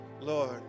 Lord